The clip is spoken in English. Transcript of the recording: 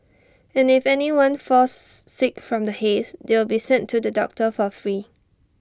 and if anyone falls sick from the haze they will be sent to the doctor for free